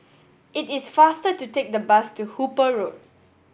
it is faster to take the bus to Hooper Road